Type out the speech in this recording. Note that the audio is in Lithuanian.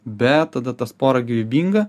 bet tada tas porą gyvybinga